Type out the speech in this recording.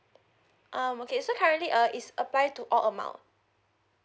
um okay so currently uh is apply to all amount